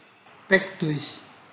back to his